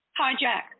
hijack